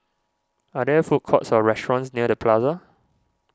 are there food courts or restaurants near the Plaza